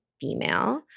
Female